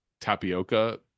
tapioca